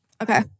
Okay